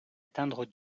atteindre